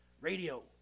Radio